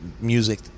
music